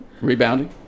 rebounding